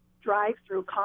drive-through